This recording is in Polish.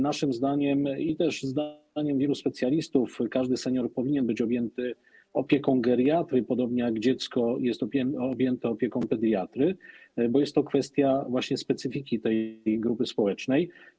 Naszym zdaniem - też zdaniem wielu specjalistów - każdy senior powinien być objęty opieką geriatry, podobnie jak dziecko jest objęte opieką pediatry, bo jest to kwestia właśnie specyfiki tej grupy społecznej.